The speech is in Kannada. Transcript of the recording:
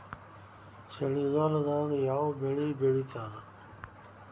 ಚಳಿಗಾಲದಾಗ್ ಯಾವ್ ಬೆಳಿ ಬೆಳಿತಾರ?